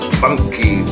funky